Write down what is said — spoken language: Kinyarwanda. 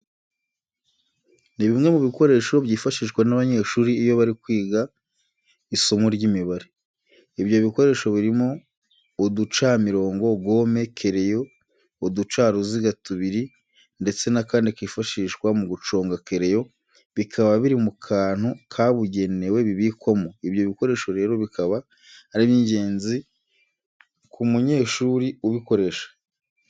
Ni bimwe mu bikoresho byifashishwa n'abanyeshuri iyo bari kwiga isimo ry'Imibare. Ibyo bikoresho birimo uducamirongo, gome, kereyo, uducaruziga tubiri ndetse n'akandi kifashishwa mu guconga kereyo, bikaba biri mu kantu kabugenewe bibikwamo. Ibyo bikoresho rero bikaba ari iby'ingenzi ku munyeshuri ubukoresha.